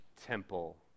temple